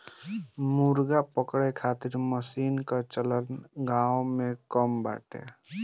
मुर्गा पकड़े खातिर मशीन कअ चलन गांव में कम बाटे